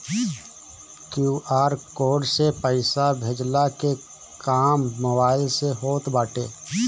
QR code से पईसा भेजला के काम मोबाइल से होत बाटे